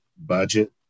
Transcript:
budget